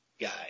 guy